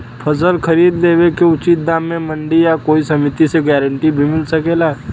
फसल खरीद लेवे क उचित दाम में मंडी या कोई समिति से गारंटी भी मिल सकेला?